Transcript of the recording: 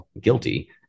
guilty